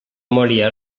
memòria